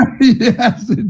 Yes